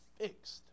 fixed